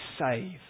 save